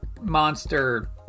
monster